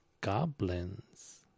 goblins